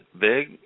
big